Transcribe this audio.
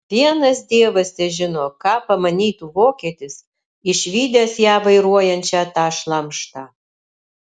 vienas dievas težino ką pamanytų vokietis išvydęs ją vairuojančią tą šlamštą